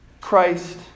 Christ